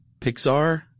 Pixar